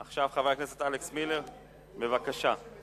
עכשיו, חבר הכנסת אלכס מילר, בבקשה.